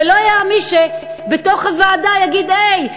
ולא היה בתוך הוועדה מי יגיד: היי,